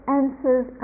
answers